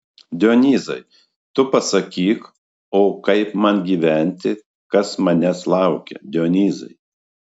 dionyzai tu pasakyk o kaip man gyventi kas manęs laukia dionyzai